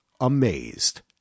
amazed